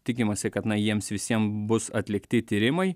tikimasi kad na jiems visiem bus atlikti tyrimai